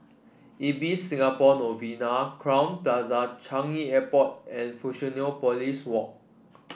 Ibis Singapore Novena Crowne Plaza Changi Airport and Fusionopolis Walk